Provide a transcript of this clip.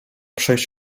przejść